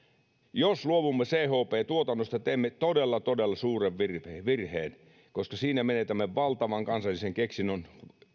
jos luovumme chp tuotannosta teemme todella todella suuren virheen koska siinä menetämme valtavan kansallisen keksinnön